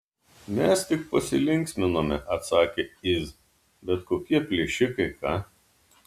mes tik pasilinksminome atsakė iz bet kokie plėšikai ką